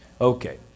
Okay